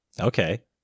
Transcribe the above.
Okay